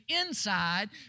inside